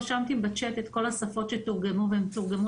רשמתי בצ'אט את כל השפות שתורגמו ותורגמו